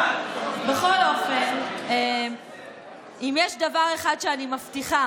בכל אופן, אם יש דבר אחד שאני מבטיחה